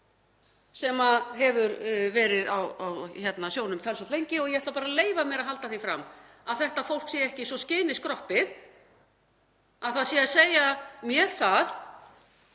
sem hefur verið á sjónum talsvert lengi. Ég ætla bara að leyfa mér að halda því fram að þetta fólk sé ekki svo skyni skroppið að það sé að segja mér það